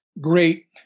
great